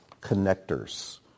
connectors